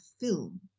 film